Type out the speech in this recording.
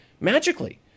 magically